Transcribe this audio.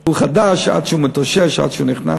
הוא חדש, עד שהוא מתאושש, עד שהוא נכנס.